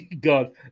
God